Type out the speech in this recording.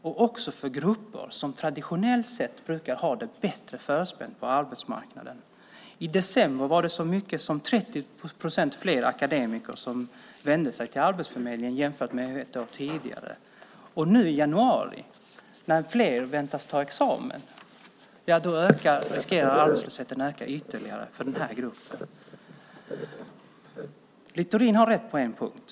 Det gäller även grupper som traditionellt sett brukar ha det bättre förspänt på arbetsmarknaden. I december var så mycket som 30 procent fler akademiker som vände sig till Arbetsförmedlingen jämfört med samma tid ett år tidigare. Nu i januari, när fler väntas ta examen, riskerar arbetslösheten för denna grupp att öka ytterligare. Littorin har rätt på en punkt.